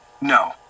No